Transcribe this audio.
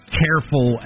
careful